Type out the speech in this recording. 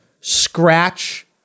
scratch